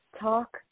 talk